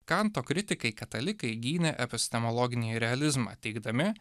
kanto kritikai katalikai gynė epistemologinį realizmą teigdami